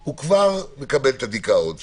הוא כבר מקבל את הדיכאון שלו.